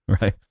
Right